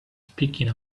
speaking